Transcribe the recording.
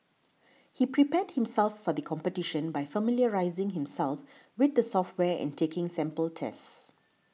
he prepared himself for the competition by familiarising himself with the software and taking sample tests